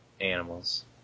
animals